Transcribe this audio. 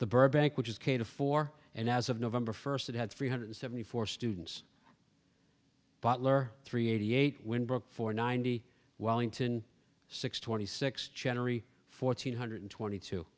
the burbank which is k to four and as of november first it had three hundred seventy four students bottler three eighty eight when booked for ninety wellington six twenty six general fourteen hundred twenty two